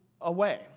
away